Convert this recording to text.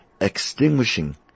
extinguishing